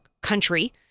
country